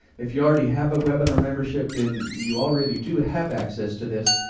if you already have a webinar membership, then you already do have access to this,